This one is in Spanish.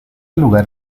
lugar